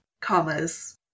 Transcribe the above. commas